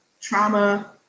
trauma